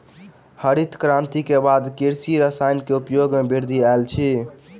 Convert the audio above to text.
हरित क्रांति के बाद कृषि रसायन के उपयोग मे वृद्धि आयल अछि